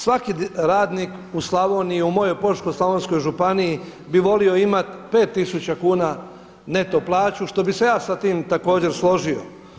Svaki radnik u Slavoniji u mojoj Požeško-slavonskoj županiji bi voio imati 5000 kuna neto plaću što bih se ja sa tim također složio.